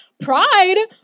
Pride